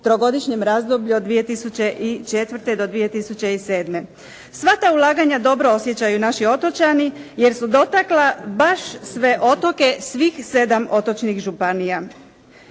trogodišnjem razdoblju od 2004. do 2007. Sva ta ulaganja dobro osjećaju naši otočani, jer su dotakla baš sve otoke svih 7 otočnih županija.